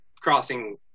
crossing